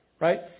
right